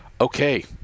okay